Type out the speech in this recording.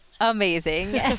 amazing